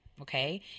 okay